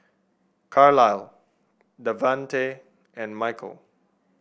Carlyle Davante and Michael